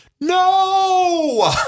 No